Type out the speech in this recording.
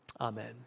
Amen